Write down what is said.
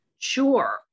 Sure